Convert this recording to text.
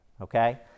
okay